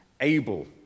able